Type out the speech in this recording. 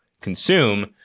consume